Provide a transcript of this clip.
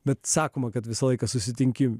bet sakoma kad visą laiką susitinki